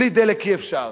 בלי דלק אי-אפשר.